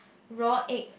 raw egg